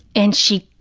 and she,